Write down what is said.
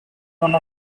one